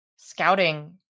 Scouting